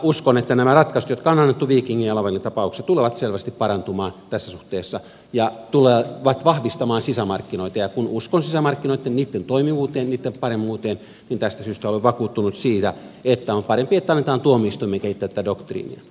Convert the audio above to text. uskon että nämä ratkaisut jotka on annettu vikingin ja lavalin tapauksissa tulevat selvästi parantumaan tässä suhteessa ja tulevat vahvistamaan sisämarkkinoita ja kun uskon sisämarkkinoitten toimivuuteen niitten paremmuuteen niin tästä syystä olen vakuuttunut siitä että on parempi että annetaan tuomioistuimen kehittää tätä doktriinia